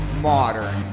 modern